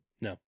No